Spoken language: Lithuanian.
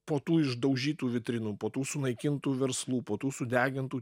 po tų išdaužytų vitrinų po tų sunaikintų verslų po tų sudegintų